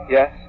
Yes